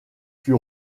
fut